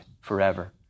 forever